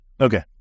Okay